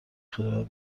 خجالت